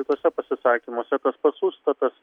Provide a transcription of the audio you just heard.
kituose pasisakymuose tas pats užstatas